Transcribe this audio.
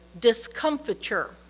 discomfiture